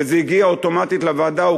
וזה הגיע אוטומטית לוועדה.